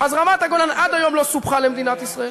אז רמת-הגולן עד היום לא סופחה למדינת ישראל,